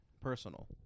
personal